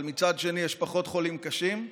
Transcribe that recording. אבל מצד שני יש פחות חולים קשים.